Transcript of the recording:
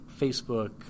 Facebook